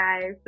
guys